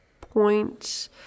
point